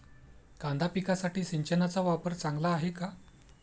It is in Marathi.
कांदा पिकासाठी सिंचनाचा वापर चांगला आहे का?